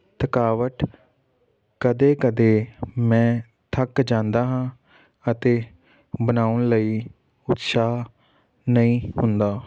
ਥਕਾਵਟ ਕਦੇ ਕਦੇ ਮੈਂ ਥੱਕ ਜਾਂਦਾ ਹਾਂ ਅਤੇ ਬਣਾਉਣ ਲਈ ਉਤਸਾਹ ਨਹੀਂ ਹੁੰਦਾ